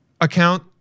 account